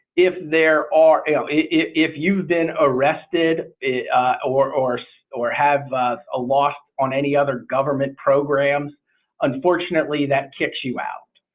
if there are if you've been arrested or or so or have ah lost on any other government programs unfortunately that kicks you out.